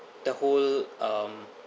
the whole um